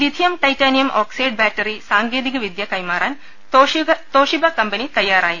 lithium titanium oxide battery സാങ്കേ തിക വിദ്യ കൈമാറാൻ തോഷിബ കമ്പനി തയ്യാറായി